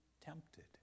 tempted